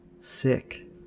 sick